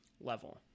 level